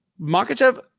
Makachev